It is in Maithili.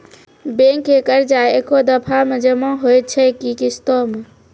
बैंक के कर्जा ऐकै दफ़ा मे जमा होय छै कि किस्तो मे?